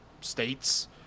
states